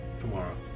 tomorrow